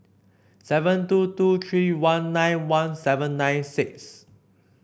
seven two two three one nine one seven nine six